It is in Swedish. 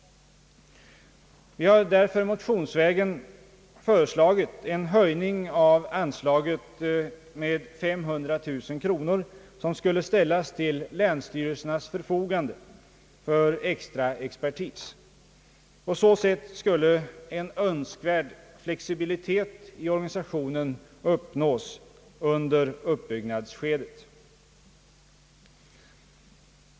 Vi har därför motionsvägen föreslagit en höjning av anslaget med 500 000 kronor som skulle ställas till länsstyrelsernas förfogande för extra expertis. På så sätt skulle en önskvärd flexibilitet i organisationen uppnås under uppbyggnadsskedet.